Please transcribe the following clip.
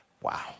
Wow